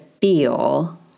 feel